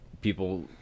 people